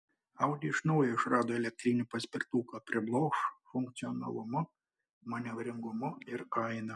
audi iš naujo išrado elektrinį paspirtuką priblokš funkcionalumu manevringumu ir kaina